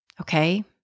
Okay